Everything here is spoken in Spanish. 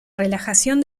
relajación